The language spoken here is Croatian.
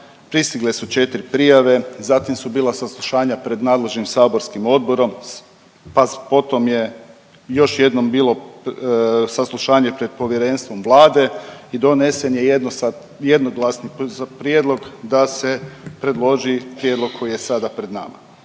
pristigle su 4 prijave, zatim su bila saslušanja pred nadležnim saborskim odborom, pa potom je još jednom bilo saslušanje pred povjerenstvom Vlade i donesen je jednosat… jednoglasni prijedlog da se predloži prijedlog koji je sada pred nama.